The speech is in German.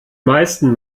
meisten